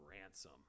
Ransom